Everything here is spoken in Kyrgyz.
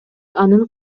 анын